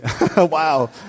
Wow